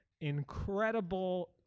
incredible